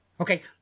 Okay